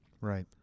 Right